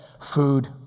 food